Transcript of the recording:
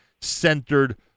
centered